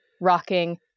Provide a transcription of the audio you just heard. rocking